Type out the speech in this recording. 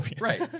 Right